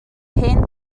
hen